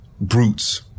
brutes